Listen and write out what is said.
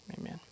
amen